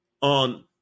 on